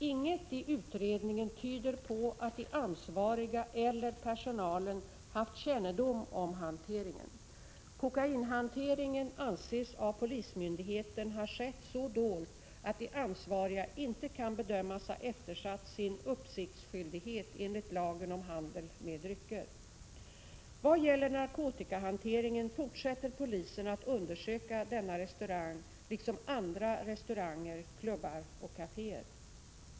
Inget i utredningen 59 tyder på att de ansvariga eller personalen haft kännedom om hanteringen. Kokainhanteringen anses av polismyndigheten ha skett så dolt att de ansvariga inte kan bedömas ha eftersatt sin uppsiktsskyldighet enligt lagen om handel med drycker. Vad gäller narkotikahanteringen fortsätter polisen att undersöka denna restaurang liksom andra restauranger, klubbar och kaféer.